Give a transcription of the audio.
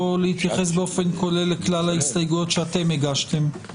להתייחס באופן כולל לכלל ההסתייגויות שאתם הגשתם?